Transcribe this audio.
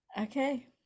Okay